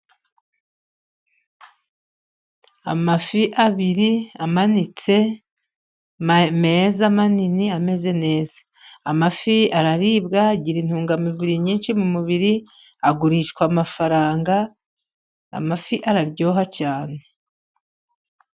Amafi abiri amanitse meza manini ameze neza .Amafi araribwa ,agira intungamubiri nyinshi mu mubiri ,agurishwa amafaranga ,amafi araryoha cyane